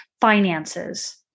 finances